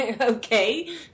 Okay